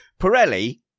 Pirelli